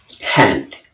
hand